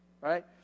right